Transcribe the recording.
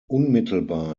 unmittelbar